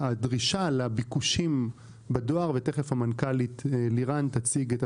בדרישה והביקושים לשירותי דואר ותכף המנכ"לית לירן תציג את